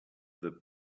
the